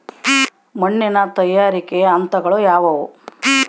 ಮಣ್ಣಿನ ತಯಾರಿಕೆಯ ಹಂತಗಳು ಯಾವುವು?